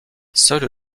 seule